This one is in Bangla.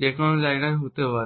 যে কোনও জায়গায় হতে পারে